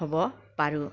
হ'ব পাৰোঁ